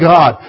God